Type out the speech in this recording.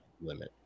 limit